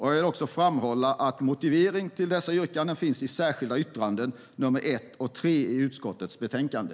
Jag vill också framhålla att motivering till dessa yrkanden finns i de särskilda yttrandena nr 1 och nr 3 i utskottets betänkande.